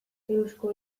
eusko